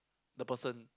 the person